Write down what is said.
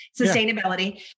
sustainability